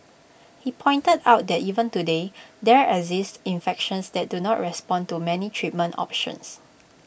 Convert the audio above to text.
he pointed out that even today there exist infections that do not respond to many treatment options